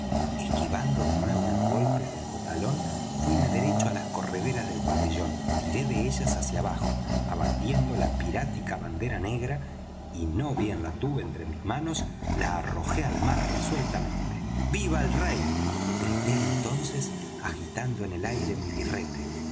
esquivando de nuevo los golpes del botalón fuíme derecho á las correderas del pabellón tiré de ellas hacia abajo abatiendo la pirática bandera negra y no bien la tuve entre mis manos la arrojé al mar resueltamente viva el rey grité entonces agitando en el aire mi birrete